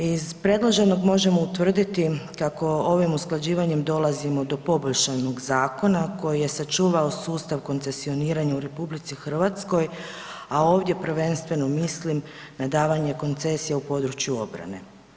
Iz predloženog možemo utvrditi kako ovim usklađivanjem dolazimo do poboljšanog zakona koji je sačuvao sustav koncesioniranja u RH, a ovdje prvenstveno mislim na davanje koncesije u području obrane.